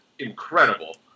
Incredible